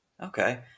okay